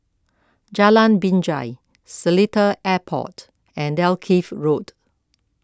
Jalan Binjai Seletar Airport and Dalkeith Road